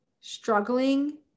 struggling